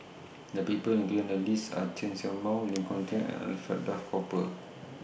The People included in The list Are Chen Show Mao Lee Koon Chin and Alfred Duff Cooper